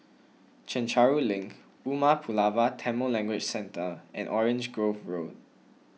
Chencharu Link Umar Pulavar Tamil Language Centre and Orange Grove Road